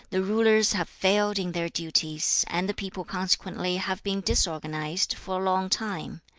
the rulers have failed in their duties, and the people consequently have been disorganised, for a long time.